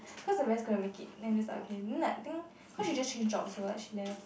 cause the rest couldn't make it then it's just like okay then like I think cause she just changed job so like she left